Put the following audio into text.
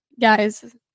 Guys